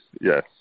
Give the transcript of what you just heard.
Yes